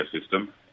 system